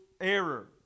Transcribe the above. error